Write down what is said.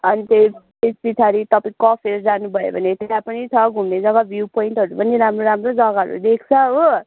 अन्त त्यस पछाडि तपाईँ कफेर जानु भयो भने त्यहाँ पनि छ घुम्ने जगा भ्यु पोइन्टहरू राम्रो राम्रो जगाहरू देख्छ हो